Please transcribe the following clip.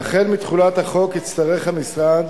והחל מתחולת החוק יצטרך המשרד